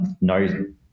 no